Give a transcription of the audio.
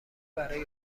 برای